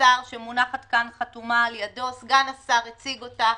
לטעון את הטענה הזו.